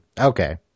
okay